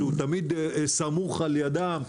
תמיד סמוך על ידם.